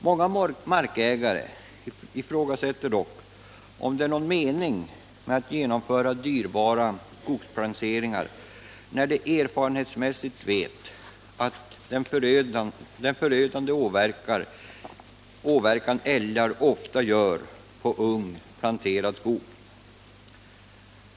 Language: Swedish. Många markägare ifrågasätter dock om det är någon mening med att genomföra dyrbara skogsplanteringar, eftersom de erfarenhetsmässigt vet hur förödande älgars åverkan ofta är på ung planterad skog.